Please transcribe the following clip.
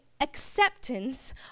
acceptance